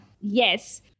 yes